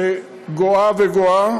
שגואה וגואה,